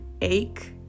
ache